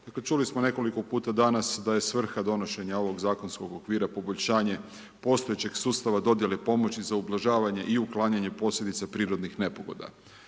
Čuli smo nekoliko puta danas, da je svrha donošenje ovog zakonskog okvira poboljšanje postojećeg sustava dodjele pomoći za ublažavanje i uklanjanje posljedica prirodnih nepogoda.